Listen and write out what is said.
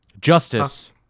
Justice